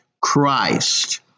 Christ